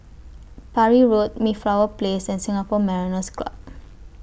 Parry Road Mayflower Place and Singapore Mariners' Club